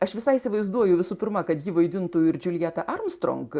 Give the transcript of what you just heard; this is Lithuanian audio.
aš visai įsivaizduoju visų pirma kad ji vaidintų ir džiuljeta armstrong